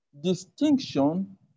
distinction